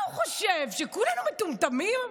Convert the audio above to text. מה הוא חושב, שכולנו מטומטמים?